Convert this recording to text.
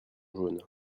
jaune